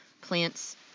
plants